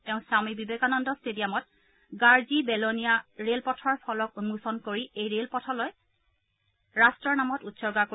তেওঁ স্বামী বিবেকানন্দ ষ্টেডিয়ামত গাৰ্জী বেলনীয়া ৰেল পথৰ ফলক উন্মোচন কৰি এই ৰেল পথটো ৰাট্টৰ নামত উৎসৰ্গা কৰিব